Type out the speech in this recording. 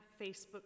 Facebook